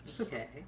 Okay